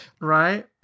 Right